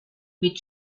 mit